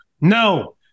No